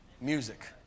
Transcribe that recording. Music